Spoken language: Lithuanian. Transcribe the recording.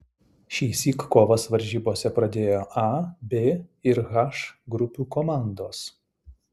šįsyk kovas varžybose pradėjo a b ir h grupių komandos